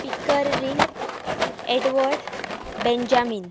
picker ring Edward Benjamin